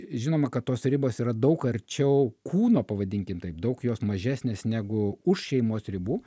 žinoma kad tos ribos yra daug arčiau kūno pavadinkim taip daug jos mažesnės negu už šeimos ribų